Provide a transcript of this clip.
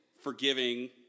forgiving